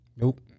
Nope